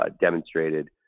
demonstrated